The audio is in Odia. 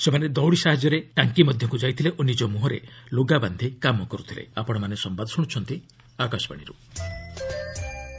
ସେମାନେ ଦଉଡ଼ି ସାହାଯ୍ୟରେ ଟାଙ୍କି ମଧ୍ୟକୁ ଯାଇଥିଲେ ଓ ନିକ ମୁହଁରେ ଲ୍ତଗା ବାନ୍ଧି କାମ କର୍ତ୍ତିଲେ